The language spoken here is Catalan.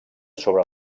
sobre